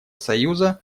союза